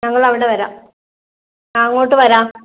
ഞങ്ങൾ അവിടെ വരാം അങ്ങോട്ട് വരാം